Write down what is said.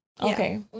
Okay